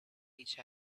each